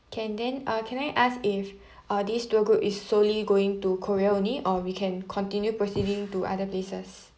can then uh can I ask if uh these tour group is solely going to korea only or we can continue proceeding to other places